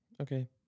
Okay